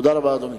תודה רבה, אדוני.